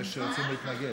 יש שרוצים להתנגד.